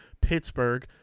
Pittsburgh